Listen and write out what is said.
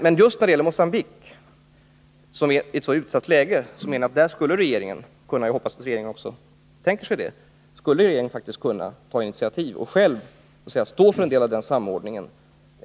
Men just när det gäller Mogambique, som befinner sig i ett så utsatt läge, skulle regeringen faktiskt kunna — jag hoppas att regeringen också tänker sig det — ta initiativ och själv stå för en del av samordningen.